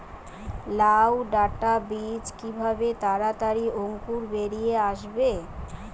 লাউ ডাটা বীজ কিভাবে তাড়াতাড়ি অঙ্কুর বেরিয়ে আসবে?